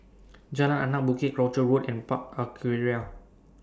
Jalan Anak Bukit Croucher Road and Park Aquaria